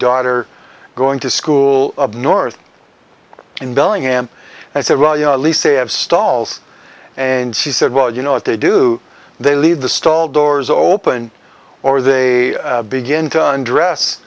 daughter going to school of north in bellingham and said well you know at least they have stalls and she said well you know if they do they leave the stall doors open or they begin to un dress